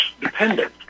dependent